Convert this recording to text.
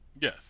Yes